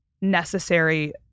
necessary